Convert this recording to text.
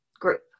group